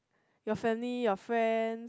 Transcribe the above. your family your friends